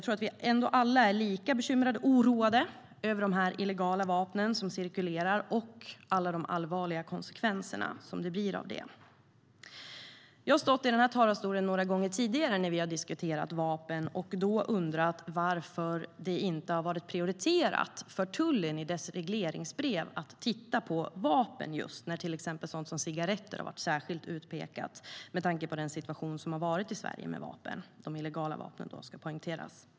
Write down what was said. Men vi är ändå alla lika bekymrade och oroade över de illegala vapen som cirkulerar och alla de allvarliga konsekvenserna. Jag har stått i talarstolen några gånger tidigare när vi har diskuterat vapen och då undrat varför det inte har varit prioriterat för tullen i dess regleringsbrev att titta på just vapen, när till exempel cigaretter särskilt har pekats ut, med tanke på situationen med illegala vapen i Sverige.